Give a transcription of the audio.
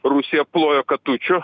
rusija plojo katučių